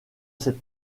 ses